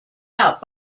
out